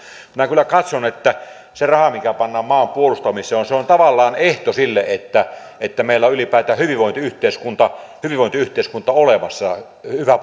minä kyllä katson että se raha mikä pannaan maan puolustamiseen on tavallaan ehto sille että että meillä on ylipäätään hyvinvointiyhteiskunta hyvinvointiyhteiskunta olemassa hyvä